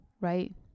right